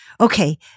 Okay